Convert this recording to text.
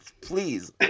Please